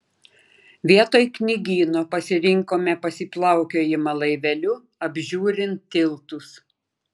vietoj knygyno pasirinkome pasiplaukiojimą laiveliu apžiūrint tiltus